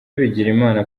bigirimana